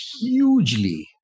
hugely